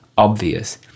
Obvious